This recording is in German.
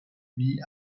wie